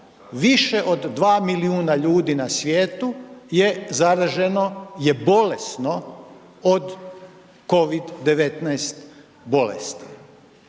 više od 2 milijuna kuna na svijetu je zaraženo, je bolesno od COVID-19 bolesti.